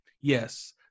Yes